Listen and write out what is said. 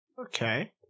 Okay